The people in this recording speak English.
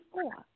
four